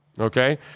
okay